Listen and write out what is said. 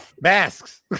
Masks